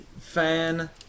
fan